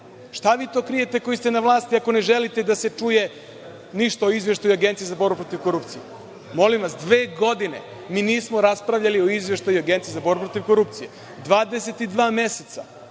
Šta vi to krijete koji ste na vlasti, ako ne želite da se čuje ništa o izveštaju Agencije o borbi protiv korupcije? Molim vas, dve godine mi nismo raspravljali o izveštaju Agenicje za borbu protiv korupcije, Dvadeset